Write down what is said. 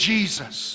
Jesus